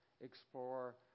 explore